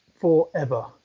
forever